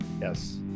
Yes